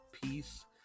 peace